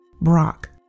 Brock